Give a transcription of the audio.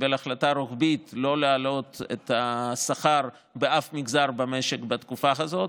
קיבל החלטה רוחבית לא להעלות את השכר באף מגזר במשק בתקופה הזאת,